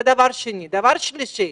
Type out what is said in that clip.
דבר שלישי,